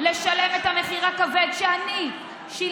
את בקריאה שנייה.